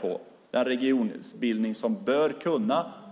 på vilken regionbildning de vill ha.